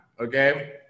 okay